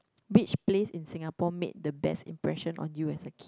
which place in Singapore made the best impression on you as a kid